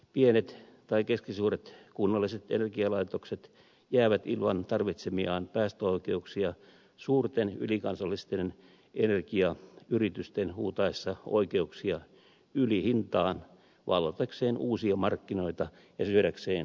pienet tai keskisuuret kunnalliset energialaitokset jäävät ilman tarvitsemiaan päästöoikeuksia suurten ylikansallisten energiayritysten huutaessa oikeuksia ylihintaan vallatakseen uusia markkinoita ja syödäkseen kilpailijoita